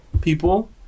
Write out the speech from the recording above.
people